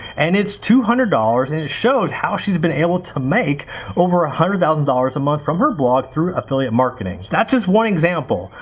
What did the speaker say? and it's two hundred dollars and it's shows how she's been able to make over a one hundred thousand dollars a month from her blog through affiliate marketing, that's just one example.